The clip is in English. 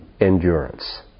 endurance